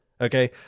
Okay